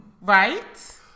Right